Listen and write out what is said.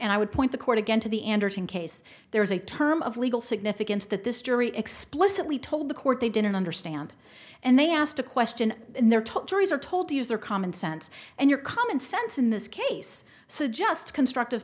and i would point the court again to the anderson case there is a term of legal significance that this jury explicitly told the court they didn't understand and they asked a question in their top juries are told to use their common sense and your common sense in this case suggests constructive